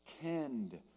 tend